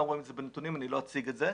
רואים את זה בנתונים אבל אני לא אציג את זה.